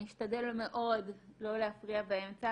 אני אשתדל מאוד לא להפריע באמצע,